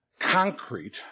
concrete